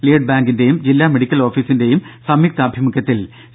lead ബാങ്കിന്റെയും ജില്ലാ medical ഓഫീസിന്റെയും സംയുക്താഭിമുഖ്യത്തിൽ സി